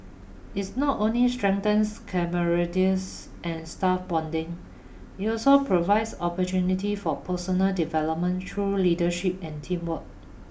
it's not only strengthens and staff bonding it also provides opportunity for personal development through leadership and teamwork